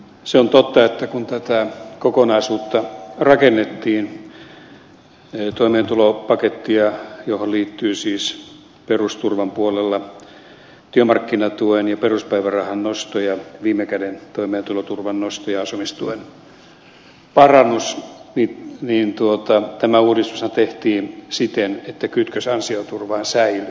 se on totta että kun tätä kokonaisuutta rakennettiin toimeentulopakettia johon liittyy siis perusturvan puolella työmarkkinatuen ja peruspäivärahan nosto ja viimekäden toimeentuloturvan nosto ja asumistuen parannus niin tämä uudistushan tehtiin siten että kytkös ansioturvaan säilyy ansioturvaa säilyttäen